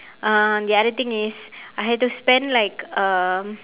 uh the other thing is I had to spend like um